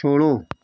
छोड़ो